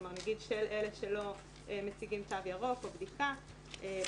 כלומר נגיד של אלה שלא מציגים תו ירוק או בדיקה או